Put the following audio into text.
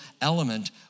element